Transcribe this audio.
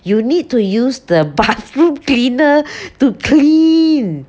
you need to use the bathroom cleaner to clean